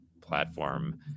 platform